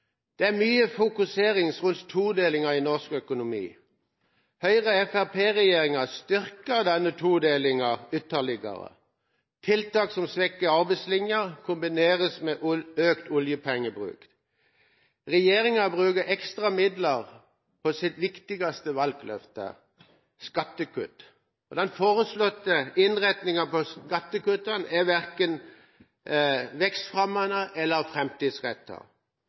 Det er mye fokusering på todelingen i norsk økonomi. Høyre–Fremskrittsparti-regjeringa styrker denne todelingen ytterligere. Tiltak som svekker arbeidslinja kombineres med økt oljepengebruk. Regjeringa bruker ekstra midler på sitt viktigste valgløfte: skattekutt. Den foreslåtte innretningen på skattekuttene er verken vekstfremmende eller